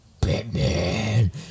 Batman